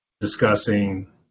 discussing